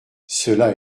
cela